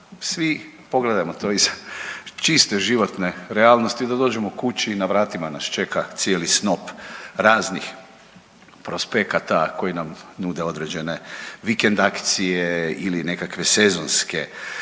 Svi, pogledajmo to iz čiste životne realnosti, da dođemo kući i na vratima nas čeka cijeli snop raznih prospekata koji nam nude određene vikend akcije ili nekakve sezonske